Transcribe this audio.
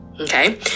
Okay